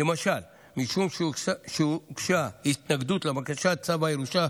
למשל משום שהוגשה התנגדות לבקשת צו הירושה